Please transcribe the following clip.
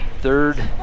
Third